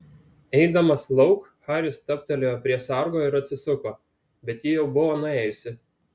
eidamas lauk haris stabtelėjo prie sargo ir atsisuko bet ji jau buvo nuėjusi